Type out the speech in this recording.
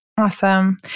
Awesome